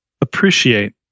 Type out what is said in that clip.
appreciate